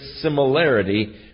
similarity